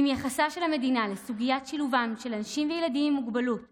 אם יחסה של המדינה לסוגיית שילובם של אנשים וילדים עם מוגבלויות